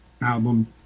album